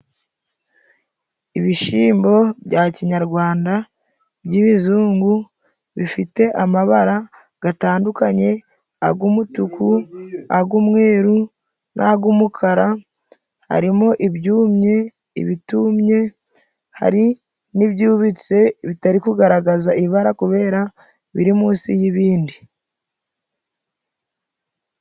Ibishimbo bya kinyarwanda by'ibizungu bifite amabara gatandukanye ag'umutuku, ag'umweru, n'ag'umukara harimo ibyumye, ibitumye hari n'ibyubitse bitari kugaragaza ibara kubera biri munsi y'ibindi